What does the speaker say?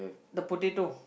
the potato